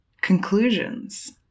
conclusions